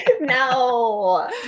No